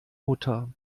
mutter